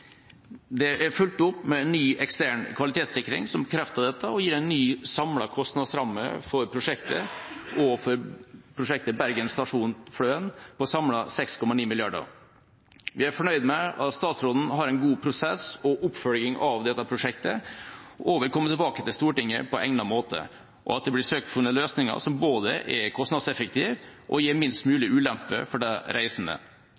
Det er fulgt opp med en ny ekstern kvalitetssikring som bekrefter dette, og det gir en ny samlet kostnadsramme for prosjektet og for prosjektet Bergen stasjon–Fløen på samlet 6,9 mrd. kr. Vi er fornøyd med at statsråden har en god prosess og oppfølging av dette prosjektet og vil komme tilbake til Stortinget på egnet måte, og at det blir søkt funnet løsninger som både er kostnadseffektive og gir minst mulig ulempe for de reisende.